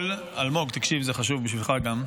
אלמוג, תקשיב, זה חשוב גם בשבילך,